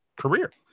career